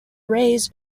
raise